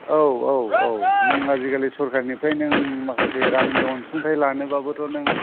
औ औ औ औ नों आजिखालि सरखारनिफ्राय नों माखासे रांनि अनसुंथाइ लानोब्लाबोथ' नों